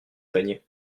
paniers